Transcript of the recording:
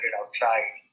outside